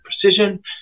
precision